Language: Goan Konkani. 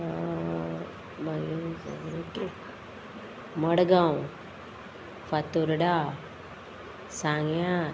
मागीर मडगांव फातोर्डा सांग्या